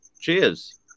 Cheers